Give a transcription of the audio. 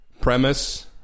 premise